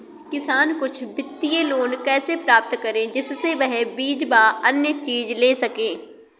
किसान कुछ वित्तीय लोन कैसे प्राप्त करें जिससे वह बीज व अन्य चीज ले सके?